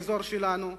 באזור שלנו,